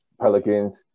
Pelicans